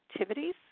activities